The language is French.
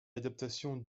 adaptation